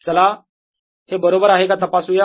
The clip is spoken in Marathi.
चला हे बरोबर आहे का तपासूयात